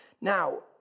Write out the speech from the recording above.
Now